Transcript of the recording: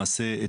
למעשה,